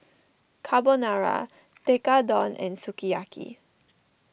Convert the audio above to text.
Carbonara Tekkadon and Sukiyaki